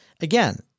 Again